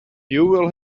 will